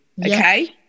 Okay